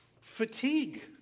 fatigue